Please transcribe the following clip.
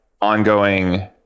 ongoing